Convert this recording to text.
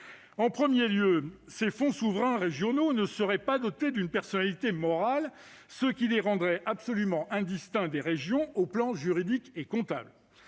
En premier lieu, ces fonds souverains régionaux ne seraient pas dotés de la personnalité morale, ce qui les rendrait indistincts des régions du point de vue juridique et comptable.